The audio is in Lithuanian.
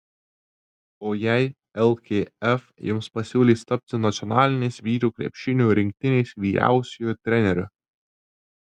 o jei lkf jums pasiūlys tapti nacionalinės vyrų krepšinio rinktinės vyriausiuoju treneriu